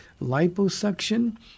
liposuction